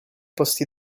posti